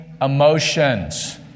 Emotions